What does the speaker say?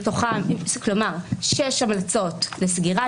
שש המלצות לסגירה.